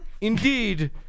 indeed